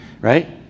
right